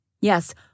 Yes